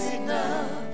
enough